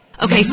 Okay